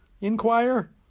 inquire